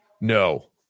No